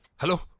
hello,